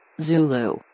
Zulu